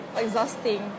exhausting